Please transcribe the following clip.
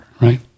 right